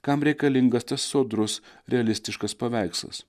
kam reikalingas tas sodrus realistiškas paveikslas